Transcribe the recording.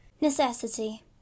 necessity